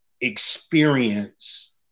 experience